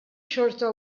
xorta